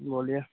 बोलिए